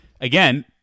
again